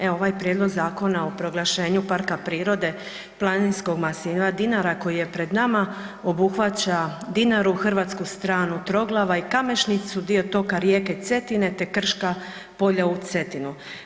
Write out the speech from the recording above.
Evo ovaj prijedlog zakona o proglašenju parka prirode planskog masiva Dinara koji je pred nama obuhvaća Dinaru, hrvatsku stranu Troglava i Kamešnicu, dio toka rijeke Cetine te krška polja uz Cetinu.